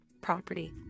property